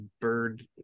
bird